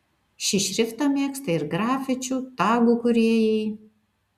šį šriftą mėgsta ir grafičių tagų kūrėjai